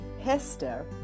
Hester